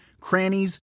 crannies